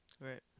Right